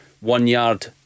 one-yard